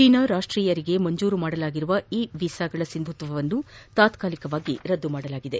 China ರಾಷ್ಟೀಯರಿಗೆ ಮಂಜೂರು ಮಾಡಲಾಗಿರುವ ಈ ವೀಸಾಗಳ ಸಿಂಧುತ್ವವನ್ನು ತಾತಾಲಿಕವಾಗಿ ರದ್ದುಪಡಿಸಲಾಗಿದೆ